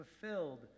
fulfilled